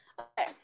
Okay